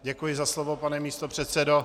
Děkuji za slovo, pane místopředsedo.